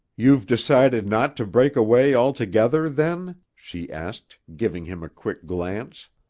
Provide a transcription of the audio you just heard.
you've decided not to break away altogether, then? she asked, giving him a quick glance.